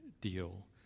deal